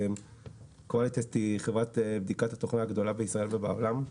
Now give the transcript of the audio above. שהיא חברת בדיקת התוכנה הגדולה בישראל ובעולם.